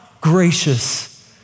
gracious